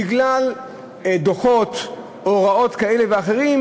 בגלל דוחות או הוראות כאלה ואחרות,